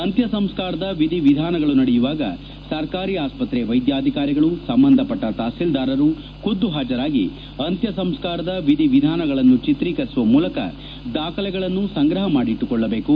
ಅಂತ್ಯಸಂಸ್ಕಾರದ ವಿಧಿವಿಧಾನಗಳು ನಡೆಯುವಾಗ ಸರ್ಕಾರಿ ಅಸ್ವತ್ರೆ ವೈದ್ಯಾಧಿಕಾರಿಗಳು ಸಂಬಂಧಪಟ್ಟ ತಹಸೀಲ್ಡಾರ್ಗಳು ಖುದ್ದು ಹಾಜರಾಗಿ ಅಂತ್ಯಸಂಸ್ಕಾರದ ವಿಧಿವಿಧಾನಗಳನ್ನು ಚಿತ್ರೀಕರಿಸುವ ಮೂಲಕ ದಾಖಲೆಗಳನ್ನು ಸಂಗ್ರಹ ಮಾಡಿಟ್ಟುಕೊಳ್ಳಬೇಕು